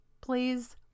please